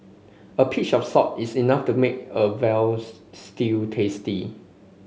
a pinch of salt is enough to make a veal stew tasty